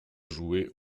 jouer